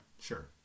Sure